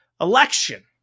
election